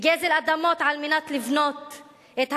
וגזל אדמות על מנת לבנות את המדינה.